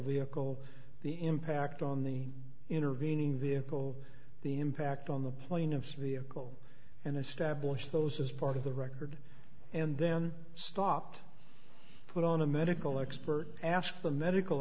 vehicle the impact on the intervening vehicle the impact on the plaintiff's vehicle and establish those as part of the record and then stopped put on a medical expert ask the medical